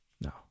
no